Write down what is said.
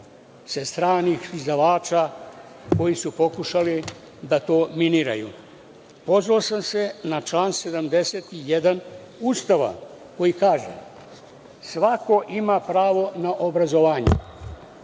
stranih izdavača koji su pokušali da to miniraju. Pozvao sam se na član 71. Ustava koji kaže – svako ima pravo na obrazovanje.